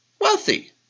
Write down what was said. Wealthy